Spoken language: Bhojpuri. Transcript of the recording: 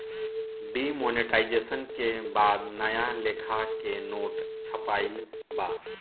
डिमॉनेटाइजेशन के बाद नया लेखा के नोट छपाईल बा